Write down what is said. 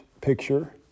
picture